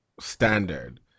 standard